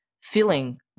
feeling